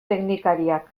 teknikariak